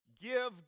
give